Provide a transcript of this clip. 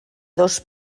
dos